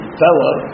fellow